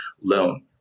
loan